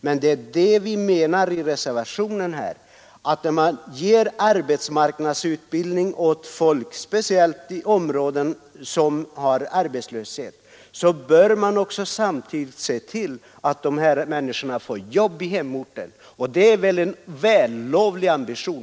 Men vi menar i reservationen att om man ger arbetsmarknadsutbildning åt folk, speciellt i områden som har arbetslöshet, så bör man också samtidigt se till att dessa människor får jobb i hemorten. Det är väl i så fall en vällovlig ambition.